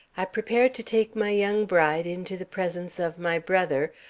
i prepared to take my young bride into the presence of my brother,